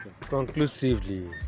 Conclusively